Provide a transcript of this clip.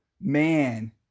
man